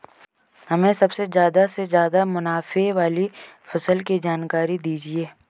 हमें सबसे ज़्यादा से ज़्यादा मुनाफे वाली फसल की जानकारी दीजिए